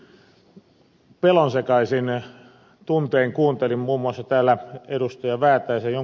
siksi pelonsekaisin tuntein kuuntelin muun muassa täällä ed